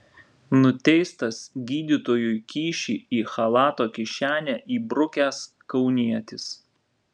nuteistas gydytojui kyšį į chalato kišenę įbrukęs kaunietis